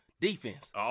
Defense